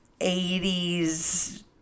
80s